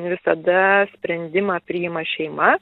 visada sprendimą priima šeima